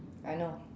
I know